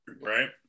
right